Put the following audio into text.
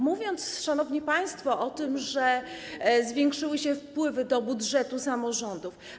Mówicie, szanowni państwo, o tym, że zwiększyły się wpływy do budżetu samorządów.